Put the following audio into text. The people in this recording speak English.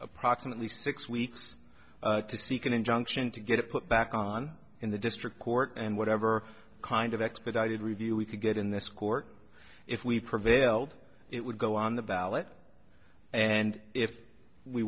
approximately six weeks to seek an injunction to get it put back on in the district court and whatever kind of expedited review we could get in this court if we prevailed it would go on the ballot and if we